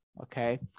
Okay